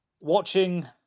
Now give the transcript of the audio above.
watching